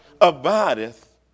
abideth